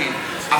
אבל בעצם,